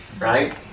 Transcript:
Right